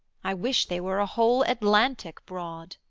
i wish they were a whole atlantic broad